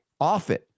Offit